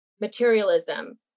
Materialism